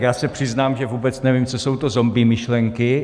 Já se přiznám, že vůbec nevím, co jsou to zombie myšlenky.